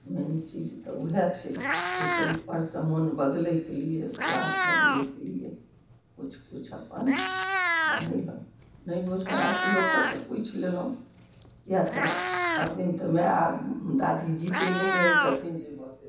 मेन चीज तऽ उहे छै ओइके उपरसँ मोन बदलयके लिए सुआद बदलयके लिए किछु किछु अपन बनेलहुँ नहि बुझऽमे आयल तऽ लोकोसँ पुछि लेलहुँ किएक तऽ सब दिन तऽ माय आओर दादी जिते नहि रहय छथिन जे मरतय